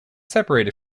separated